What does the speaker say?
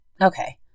Okay